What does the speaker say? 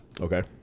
Okay